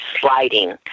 sliding